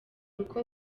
uko